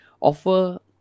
offer